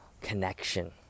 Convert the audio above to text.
connection